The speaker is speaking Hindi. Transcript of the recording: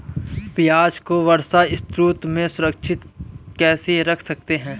प्याज़ को वर्षा ऋतु में सुरक्षित कैसे रख सकते हैं?